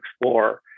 explore